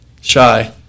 shy